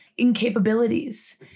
incapabilities